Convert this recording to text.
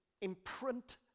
imprint